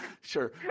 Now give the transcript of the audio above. sure